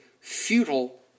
futile